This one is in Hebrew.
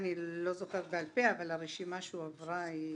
אני לא זוכרת בעל פה, אבל הרשימה שהועברה היא